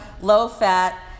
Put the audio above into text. low-fat